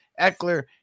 Eckler